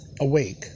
awake